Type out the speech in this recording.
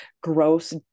gross